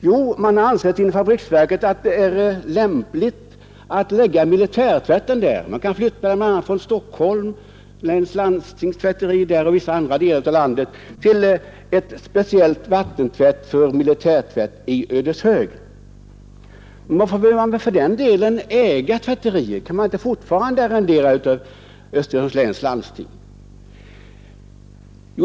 Jo, man har ansett inom fabriksverken att det är lämpligt att lägga militärtvätten där. Man kan flytta den bl a. från Stockholms läns landstings tvätteri och vissa andra delar av landet till ett speciellt militärt tvätteri för vattentvätt i Ödeshög. Men varför behöver man då äga tvätteriet? Kan man inte fortfarande arrendera det av Östergötlands läns landsting?